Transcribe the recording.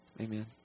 amen